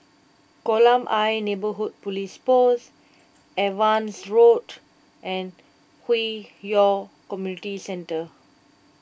Kolam Ayer Neighbourhood Police Post Evans Road and Hwi Yoh Community Centre